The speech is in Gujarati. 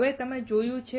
હવે તમે આ જોયું છે